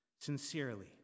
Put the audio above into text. sincerely